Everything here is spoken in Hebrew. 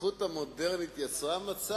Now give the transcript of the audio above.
כשאתה רואה את עצמך במדינה עם כל